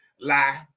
Lie